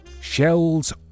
Shell's